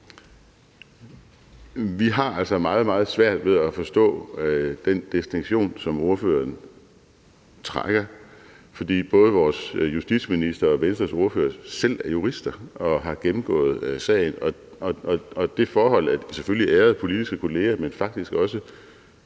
Vi har altså meget, meget svært ved at forstå den distinktion, som spørgeren foretager, for både vores justitsminister og Venstres ordfører selv er jurister og har gennemgået sagen, og det forhold, at de selvfølgelig er ærede politiske kollegaer, men faktisk også